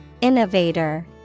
Innovator